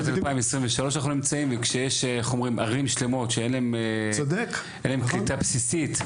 אנחנו נמצאים ב- 2023 ויש ערים שלמות שאין להם קליטה בסיסית,